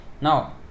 Now